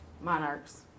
monarchs